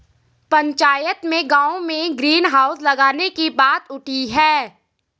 पंचायत में गांव में ग्रीन हाउस लगाने की बात उठी हैं